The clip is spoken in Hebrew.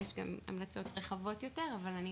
יש גם המלצות רחבות יותר אבל אני